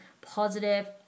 positive